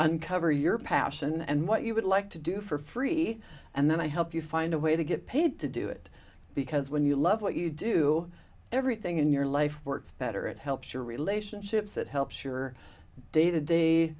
uncover your passion and what you would like to do for free and then i help you find a way to get paid to do it because when you love what you do everything in your life works better it helps your relationships it helps your day to day